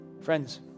Friends